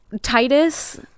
Titus